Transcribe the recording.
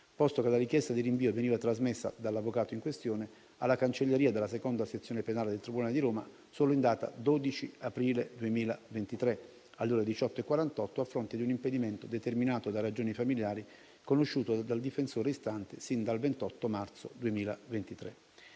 posto che la richiesta di rinvio veniva trasmessa dall'avvocato in questione alla cancelleria della II sezione penale del tribunale di Roma solo in data 12 aprile 2023, alle ore 18,48, a fronte di un impedimento determinato da ragioni familiari, conosciuto dal difensore istante sin dal 28 marzo 2023.